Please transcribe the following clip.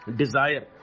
desire